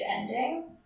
ending